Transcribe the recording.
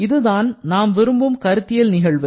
இதுதான் நாம் விரும்பும் கருத்தியல் நிகழ்வு